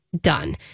done